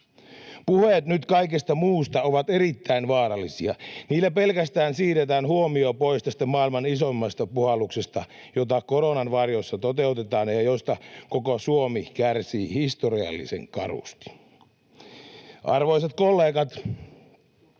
Puheet nyt kaikesta muusta ovat erittäin vaarallisia. Niillä pelkästään siirretään huomio pois tästä maailman isoimmasta puhalluksesta, jota koronan varjossa toteutetaan ja josta koko Suomi kärsii historiallisen karusti. Arvoisat kollegat,